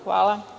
Hvala.